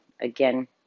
again